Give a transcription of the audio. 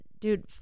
dude